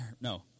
no